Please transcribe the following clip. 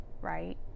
right